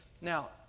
Now